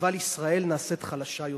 אבל ישראל נעשית חלשה יותר.